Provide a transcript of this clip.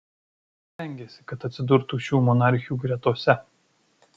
stengėsi kad atsidurtų šių monarchių gretose